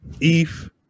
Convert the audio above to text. Eve